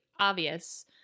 obvious